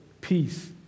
peace